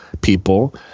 people